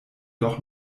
doch